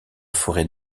forêt